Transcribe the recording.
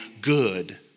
good